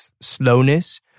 slowness